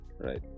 right